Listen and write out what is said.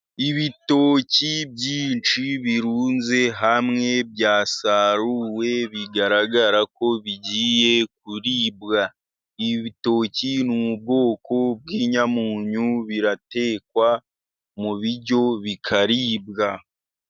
Ibitoki byinshi birunze hamwe byasaruwe bigaragara ko bigiye kuribwa ibi bitoki ni ubwoko bw'inyamunyu biratekwa mu biryo bikaribwa.